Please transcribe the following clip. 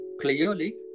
clearly